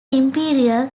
imperial